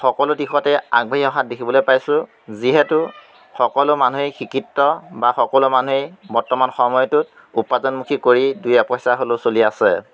সকলো দিশতে আগবাঢ়ি অহা দেখিবলৈ পাইছোঁ যিহেতু সকলো মানুহেই শিক্ষিত বা সকলো মানুহেই বৰ্তমান সময়টোত উপাৰ্জনমুখী কৰি দুই এপইচা হ'লেও চলি আছে